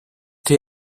thc